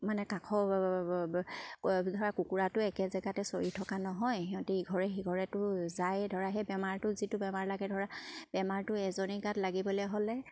মানে কাষৰ ধৰা কুকুৰাটো একে জেগাতে চৰি থকা নহয় সিহঁতে ইঘৰে সিঘৰেতো যায় ধৰা সেই বেমাৰটো যিটো বেমাৰ লাগে ধৰা বেমাৰটো এজনী গাত লাগিবলে হ'লে